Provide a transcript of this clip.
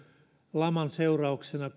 laman seurauksena